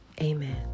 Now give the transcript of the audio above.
amen